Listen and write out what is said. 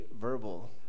verbal